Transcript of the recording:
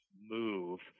move